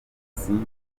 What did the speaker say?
sinzi